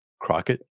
crockett